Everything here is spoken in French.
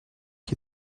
qui